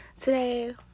Today